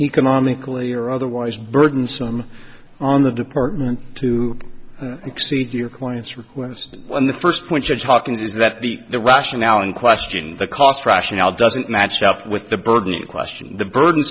economically or otherwise burdensome on the department to exceed your client's request when the first point you are talking is that the the rationale in question the cost rationale doesn't match up with the burden in question the burden